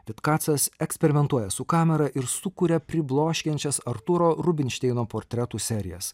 vitkacas eksperimentuoja su kamera ir sukuria pribloškiančias artūro rubinšteino portretų serijas